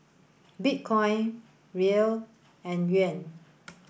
Bitcoin Riel and Yuan